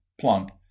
plump